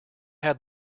had